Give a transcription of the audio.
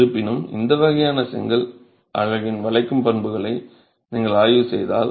இருப்பினும் இந்த வகையான செங்கல் அலகின் வளைக்கும் பண்புகளை நீங்கள் ஆய்வு செய்தால்